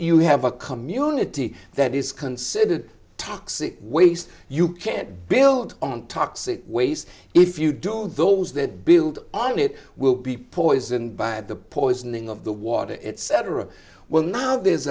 you have a community that is considered toxic waste you can't build on toxic waste if you don't those that build on it will be poisoned by the poisoning of the water it's cetera well now there